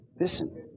Listen